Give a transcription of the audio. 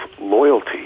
loyalty